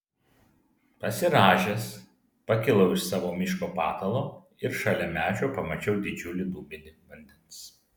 pasirąžęs pakilau iš savo miško patalo ir šalia medžio pamačiau didžiulį dubenį vandens